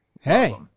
Hey